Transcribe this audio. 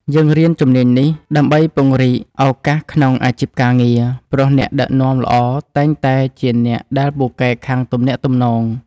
យើងរៀនជំនាញនេះដើម្បីពង្រីកឱកាសក្នុងអាជីពការងារ ព្រោះអ្នកដឹកនាំល្អតែងតែជាអ្នកដែលពូកែខាងទំនាក់ទំនង។